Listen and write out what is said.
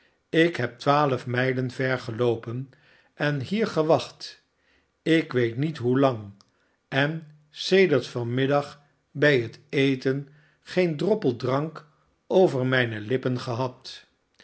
ik heb twaalf mijlen ver geloopen en hier gewacht ik weet niet hoelang en sedert van middag bij het eten geen droppel drank over mijne lippen gehad